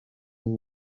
w’u